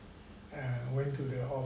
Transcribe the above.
went to the off